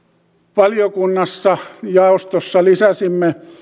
valiokunnassa jaostossa lisäsimme